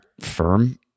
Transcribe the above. firm